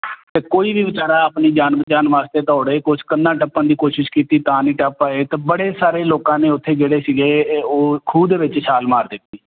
ਅਤੇ ਕੋਈ ਵੀ ਵਿਚਾਰਾ ਆਪਣੀ ਜਾਨ ਬਚਾਉਣ ਵਾਸਤੇ ਦੌੜੇ ਕੁਝ ਕੰਧਾ ਟੱਪਣ ਦੀ ਕੋਸ਼ਿਸ਼ ਕੀਤੀ ਤਾਂ ਨਹੀਂ ਟੱਪ ਆਏ ਅ ਬੜੇ ਸਾਰੇ ਲੋਕਾਂ ਨੇ ਉੱਥੇ ਜਿਹੜੇ ਸੀਗੇ ਉਹ ਖੂਹ ਦੇ ਵਿੱਚ ਛਾਲ ਮਾਰ ਦਿੱਤੀ